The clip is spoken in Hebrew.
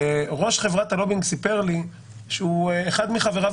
וראש חברת הלובינג סיפר לי שאחד מחבריו